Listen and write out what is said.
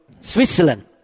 Switzerland